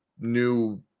new